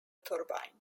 turbine